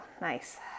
nice